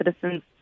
citizens